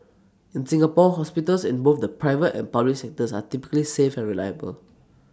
in Singapore hospitals in both the private and public sectors are typically safe and reliable